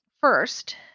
First